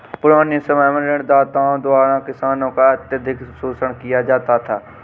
पुराने समय में ऋणदाताओं द्वारा किसानों का अत्यधिक शोषण किया जाता था